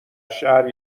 شهر